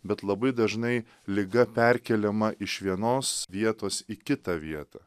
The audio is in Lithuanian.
bet labai dažnai liga perkeliama iš vienos vietos į kitą vietą